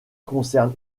concerne